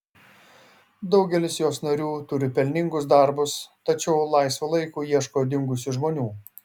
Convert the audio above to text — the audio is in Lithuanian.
daugelis jos narių turi pelningus darbus tačiau laisvu laiku ieško dingusių žmonių